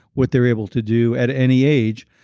what they're able to do at any age.